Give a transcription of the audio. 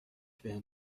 بهم